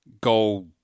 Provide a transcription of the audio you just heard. go